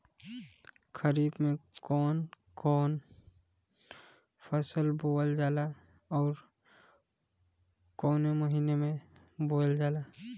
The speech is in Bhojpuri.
खरिफ में कौन कौं फसल बोवल जाला अउर काउने महीने में बोवेल जाला?